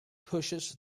pushes